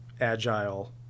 agile